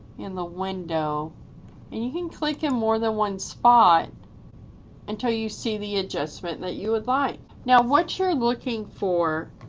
in the window, and you can click in more than one spot until you see the adjustment that you would like. now what you're looking for